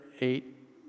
eight